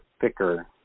thicker